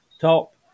top